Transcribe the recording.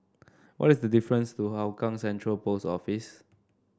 what is the difference to Hougang Central Post Office